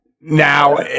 now